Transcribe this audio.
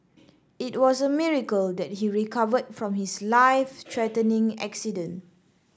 it was a miracle that he recovered from his life threatening accident